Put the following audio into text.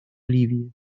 ливии